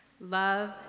Love